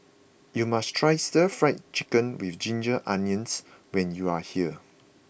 you must try Stir Fried Chicken with Ginger Onions when you are here